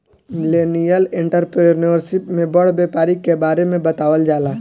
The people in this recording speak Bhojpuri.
मिलेनियल एंटरप्रेन्योरशिप में बड़ व्यापारी के बारे में बतावल जाला